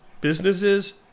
businesses